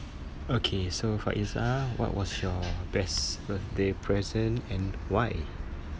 okay so faizah what was your best birthday present and why